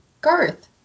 Garth